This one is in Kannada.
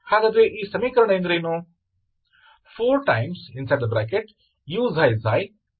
ಹಾಗಾದರೆ ಈ ಸಮೀಕರಣ ಎಂದರೇನು